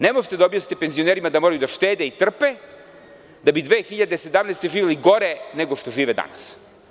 Ne možete da objasnite penzionerima da moraju da štede i trpe da bi 2017. godine živeli gore nego što žive danas.